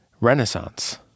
Renaissance